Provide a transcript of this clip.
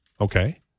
Okay